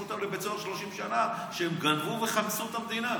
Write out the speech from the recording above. אותם לבית סוהר 30 שנה שהם גנבו וחמסו את המדינה.